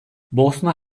bosna